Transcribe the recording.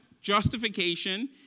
justification